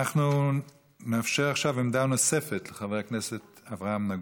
אנחנו נאפשר עכשיו עמדה נוספת לחבר הכנסת אברהם נגוסה.